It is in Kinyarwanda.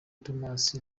tomas